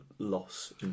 Loss